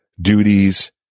duties